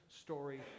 story